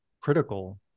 critical